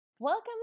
Welcome